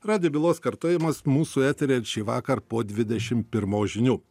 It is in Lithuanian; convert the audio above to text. radijo bylos kartojimas mūsų eteryje šįvakar po dvidešim pirmos žinių